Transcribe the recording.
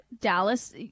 dallas